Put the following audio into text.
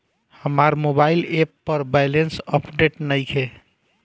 हमार mobile app पर balance update नइखे